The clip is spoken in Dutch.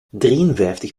drieënvijftig